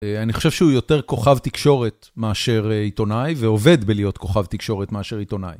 אני חושב שהוא יותר כוכב תקשורת מאשר עיתונאי, ועובד בלהיות כוכב תקשורת מאשר עיתונאי.